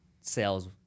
sales